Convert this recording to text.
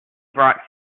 brought